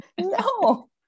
No